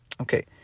Okay